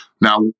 Now